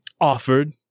offered